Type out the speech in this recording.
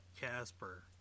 casper